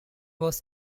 was